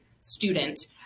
student